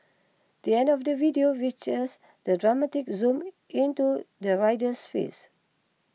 the end of the video features the dramatic zoom into the rider's face